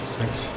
Thanks